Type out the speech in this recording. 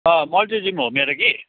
multi gym हो मेरो कि